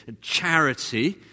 charity